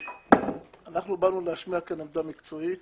אנחנו באנו להשמיע כאן עמדה מקצועית.